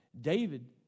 David